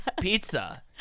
pizza